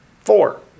Four